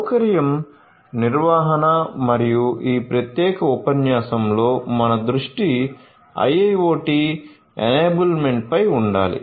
సౌకర్యం నిర్వహణ మరియు ఈ ప్రత్యేక ఉపన్యాసంలో మన దృష్టి IIoT ఎనేబుల్మెంట్ పై ఉండాలి